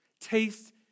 Taste